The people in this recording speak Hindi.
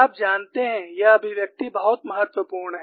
आप जानते हैं यह अभिव्यक्ति बहुत महत्वपूर्ण है